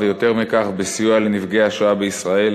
ויותר מכך בסיוע לנפגעי השואה בישראל.